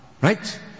Right